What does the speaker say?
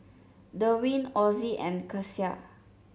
Derwin Ozie and Kecia